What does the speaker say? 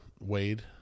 Wade